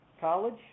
college